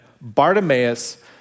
Bartimaeus